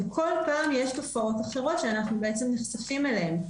וכל פעם יש תופעות אחרות שאנחנו בעצם נחשפים אליהן.